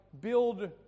Build